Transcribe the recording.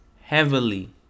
Heavily